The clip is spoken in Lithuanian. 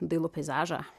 dailų peizažą